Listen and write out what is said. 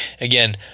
Again